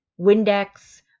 Windex